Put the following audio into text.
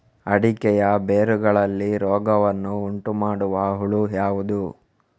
ಅಡಿಕೆಯ ಬೇರುಗಳಲ್ಲಿ ರೋಗವನ್ನು ಉಂಟುಮಾಡುವ ಹುಳು ಯಾವುದು?